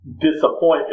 disappointment